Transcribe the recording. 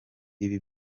ibi